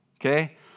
Okay